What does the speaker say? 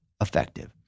effective